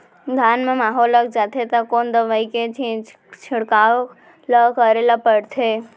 धान म माहो लग जाथे त कोन दवई के छिड़काव ल करे ल पड़थे?